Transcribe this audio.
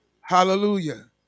Hallelujah